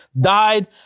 died